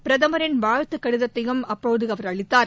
பிரதமரின் வாழ்த்துக் கடிதத்தையும் அப்போது அவர் அளித்தார்